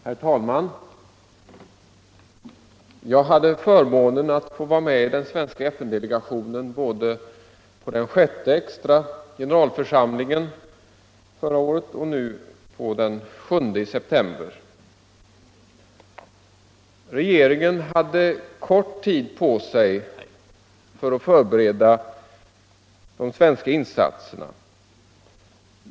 Herr talman! Jag hade förmånen att få vara med i den svenska FN delegationen både på den sjätte extra generalförsamlingen förra året och nu på den sjunde i september. Regeringen hade kort tid på sig att förbereda de svenska insatserna.